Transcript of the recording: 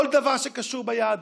כל דבר שקשור ביהדות.